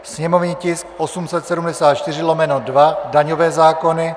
sněmovní tisk 874/2 daňové zákony,